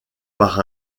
par